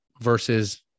versus